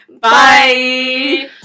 Bye